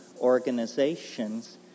organizations